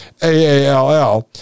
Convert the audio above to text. AALL